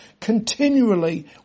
continually